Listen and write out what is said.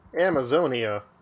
Amazonia